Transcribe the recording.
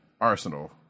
Arsenal